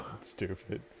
stupid